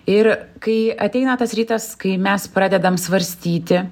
ir kai ateina tas rytas kai mes pradedam svarstyti